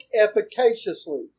efficaciously